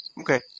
Okay